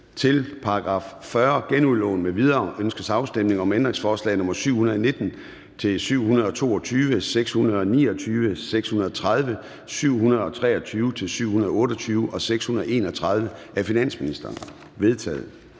Til § 40. Genudlån m.v. Ønskes afstemning om ændringsforslag nr. 719-722, 629, 630, 723-728 og 631 af finansministeren? De er vedtaget.